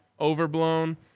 overblown